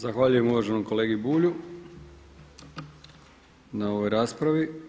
Zahvaljujem uvaženom kolegi Miri Bulju na ovoj raspravi.